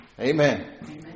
Amen